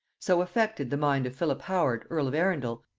so affected the mind of philip howard earl of arundel,